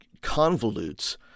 convolutes